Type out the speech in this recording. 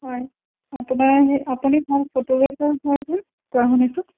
হয় আপোনাৰ আপুনি ভাল ফটোগ্ৰাফাৰ কৰে হেনো কোৱা শুনিছোঁ